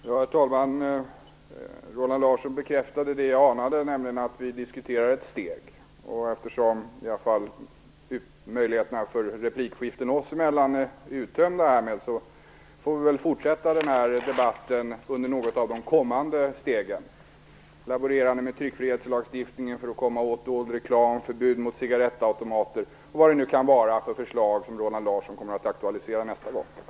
Herr talman! Roland Larsson bekräftade det som jag anade, nämligen att vi diskuterar ett steg. Eftersom möjligheterna till replikskiften oss emellan är uttömda härmed, får vi väl fortsätta debatten under något av de kommande stegen, dvs. att laborera med tryckfrihetslagstiftningen för att komma åt dold reklam, att förbjuda cigarettautomater och vad det nu kan vara för förslag som Roland Larsson kommer att aktualisera nästa gång.